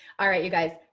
all right, you guys,